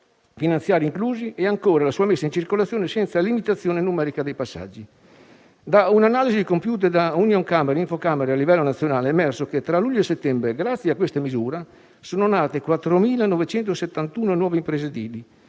finanziari inclusi, e ancora la sua messa in circolazione senza limitazione numerica dei passaggi; da un'analisi compiuta da Unioncamere-Infocamere a livello nazionale è emerso che tra luglio e settembre 2020, grazie a questa misura, sono nate 4.971 nuove imprese edili,